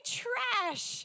trash